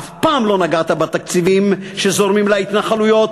אף פעם לא נגעת בתקציבים שזורמים להתנחלויות,